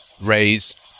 raise